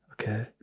okay